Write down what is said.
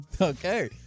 Okay